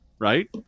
right